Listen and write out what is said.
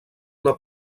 una